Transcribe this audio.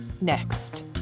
next